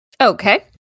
Okay